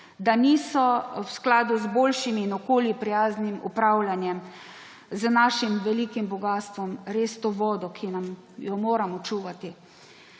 da niso v skladu z boljšim in okolju prijaznim upravljanjem z našim velikim bogastvom – res to vodo, ki nam jo moramo čuvati.